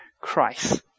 Christ